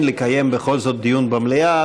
כן לקיים בכל זאת דיון במליאה,